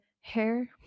hair